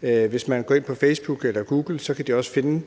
Hvis man går ind på Facebook eller Google, kan de også finde